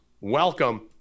welcome